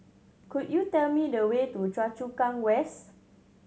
could you tell me the way to Choa Chu Kang West